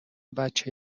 بچه